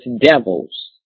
devils